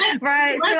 Right